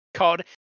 Called